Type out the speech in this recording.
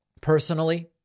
personally